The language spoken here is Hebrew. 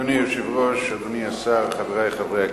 אדוני היושב-ראש, אדוני השר, חברי חברי הכנסת,